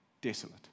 desolate